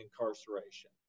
incarceration